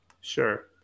Sure